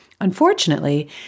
Unfortunately